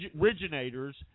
originators